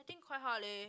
I think quite hard leh